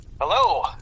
hello